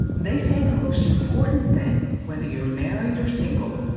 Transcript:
they say the most important thing, whether your married or single,